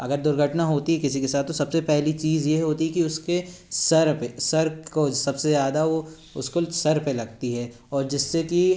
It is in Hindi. अगर दुर्घटना होती किसी के साथ तो सबसे पहली चीज़ यह होती कि उसके सिर पे सिर को सबसे ज़्यादा वो उसको सिर पे लगती है और जिससे की